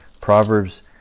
Proverbs